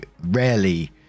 rarely